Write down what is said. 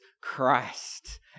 Christ